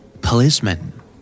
Policeman